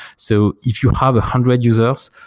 so if you have a hundred users,